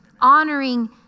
honoring